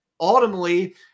ultimately